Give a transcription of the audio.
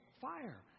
fire